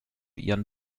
ihren